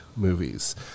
Movies